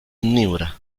omnívora